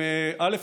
א.